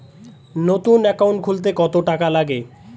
নতুন একাউন্ট খুলতে কত টাকা লাগে?